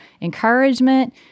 encouragement